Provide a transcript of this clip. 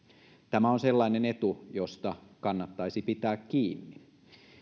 tämä on sellainen etu josta kannattaisi pitää kiinni